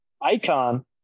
icon